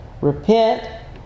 Repent